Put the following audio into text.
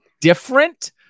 different